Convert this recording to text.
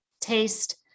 taste